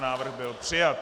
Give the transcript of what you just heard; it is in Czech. Návrh byl přijat.